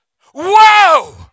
whoa